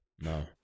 No